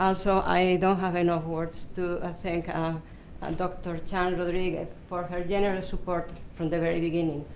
also, i don't have enough words to thank ah ah dr. chang-rodriguez for her generous support from the very beginning.